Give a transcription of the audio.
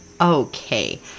okay